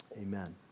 amen